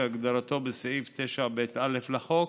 כהגדרתו בסעיף 9ב(א) לחוק,